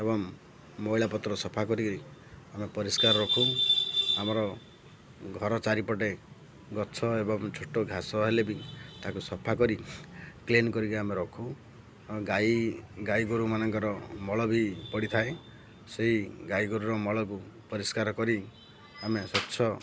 ଏବଂ ମଇଳାପତ୍ର ସଫା କରିକିରି ଆମେ ପରିଷ୍କାର ରଖୁ ଆମର ଘର ଚାରିପଟେ ଗଛ ଏବଂ ଛୋଟ ଘାସ ହେଲେ ବି ତାକୁ ସଫା କରି କ୍ଲିନ କରିକି ଆମେ ରଖୁ ଗାଈ ଗାଈ ଗୋରୁମାନଙ୍କର ମଳ ବି ପଡ଼ିଥାଏ ସେଇ ଗାଈ ଗୋରୁର ମଳକୁ ପରିଷ୍କାର କରି ଆମେ ସ୍ୱଚ୍ଛ